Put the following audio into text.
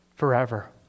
Forever